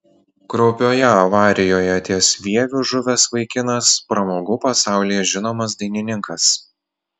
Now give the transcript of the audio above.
kraupioje avarijoje ties vieviu žuvęs vaikinas pramogų pasaulyje žinomas dainininkas